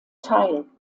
teil